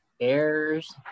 errors